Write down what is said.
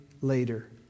later